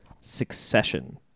Succession